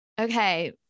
Okay